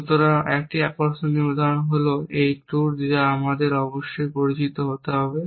সুতরাং এর 1টি আকর্ষণীয় উদাহরণ হল refer time 4618 এই ট্যুর যা আমাদের অবশ্যই পরিচিত হতে হবে